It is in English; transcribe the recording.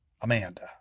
Amanda